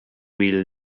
will